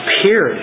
appeared